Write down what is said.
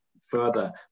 further